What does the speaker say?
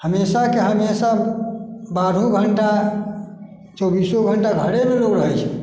हमेशाके हमेशा बारहो घण्टा चौबीसो घण्टा घरेमे लोक रहैत छै